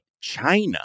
China